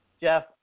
Jeff